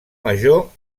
major